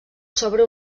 sobre